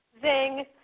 Zing